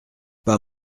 pas